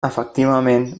efectivament